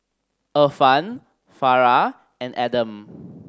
Irfan Farah and Adam